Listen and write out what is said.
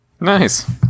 Nice